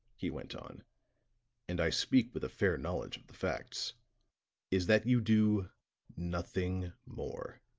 he went on and i speak with a fair knowledge of the facts is that you do nothing more.